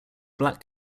black